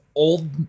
Old